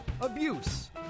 abuse